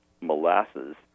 molasses